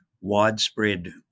widespread